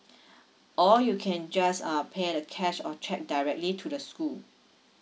or you can just uh pay the cash or check directly to the school